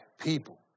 people